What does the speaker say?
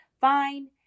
fine